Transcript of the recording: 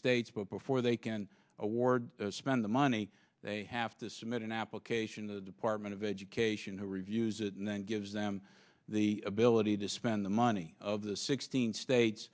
states but before they can award spend the money they have to submit an application to the department of education who reviews it and then gives them the ability to spend the money of the sixteen states